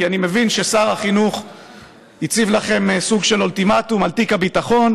כי אני מבין ששר החינוך הציב לכם סוג של אולטימטום על תיק הביטחון,